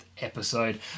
episode